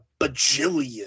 bajillion